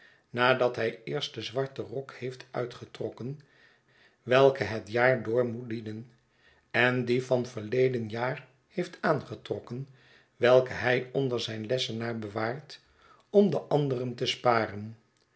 nadat hij eerst den zwarten rok heeft uitgetrokken welke het jaar door moet dienen en dien van verleden jaar heeft aangetrokken welken hij onder zijn lessenaar bewaart om den anderen te sparen